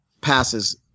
passes